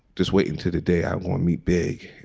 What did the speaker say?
just waiting to the day i won't meet big.